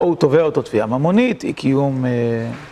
הוא תובעות או תביעה ממונית, היא קיום...